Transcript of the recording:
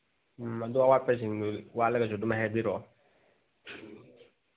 ꯎꯝ ꯑꯗꯣ ꯑꯋꯥꯠꯄꯁꯤꯡꯗꯣ ꯋꯥꯠꯂꯒꯁꯨ ꯑꯗꯨꯝ ꯍꯥꯏꯕꯤꯔꯛꯑꯣ